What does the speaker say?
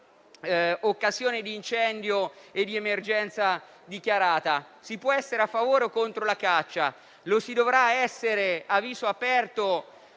occasione di incendio e di emergenza dichiarata. Si può essere a favore o contro la caccia; lo si dovrà essere a viso aperto